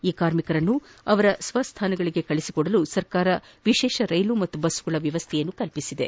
ಈ ಕಾರ್ಮಿಕರನ್ನು ಅವರ ಸ್ವೆಡ್ಡಾನಗಳಿಗೆ ಕಳುಹಿಸಿಕೊಂಡಲು ಸರ್ಕಾರ ವಿಶೇಷ ರೈಲು ಮತ್ತು ಬಸ್ಗಳ ವ್ಯವಸ್ಥೆ ಮಾಡಿದೆ